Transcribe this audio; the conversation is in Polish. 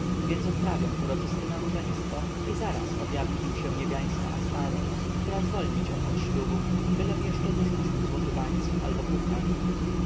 więc odprawią uroczyste nabożeństwo i zaraz objawi się im niebiańska astoreth która zwolni cię od ślubów bylem jeszcze dorzucił złoty łańcuch albo puhar